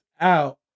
out